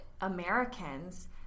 Americans